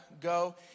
go